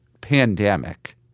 pandemic